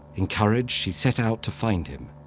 encouraged, she set out to find him.